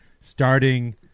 starting